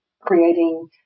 creating